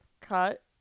cut